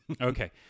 Okay